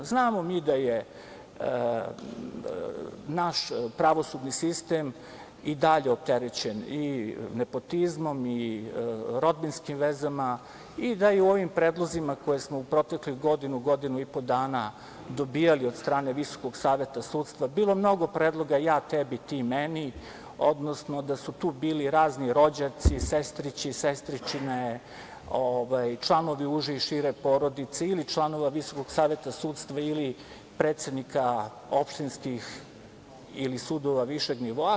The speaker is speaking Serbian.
Znamo mi da je naš pravosudni sistem i dalje opterećen i nepotizmom i rodbinskim vezama i da u ovim predlozima koje smo u proteklih godinu, godinu i po dana dobijali od strane Visokog saveta sudstva bilo mnogo predloga - ja tebi, ti meni, odnosno da su tu bili razni rođaci, sestrići, sestričine, članovi uže i šire porodice ili članova Visokog saveta sudstva ili predsednika opštinskih ili sudova višeg nivoa.